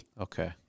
Okay